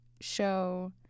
show